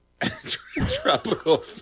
tropical